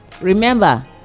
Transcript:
Remember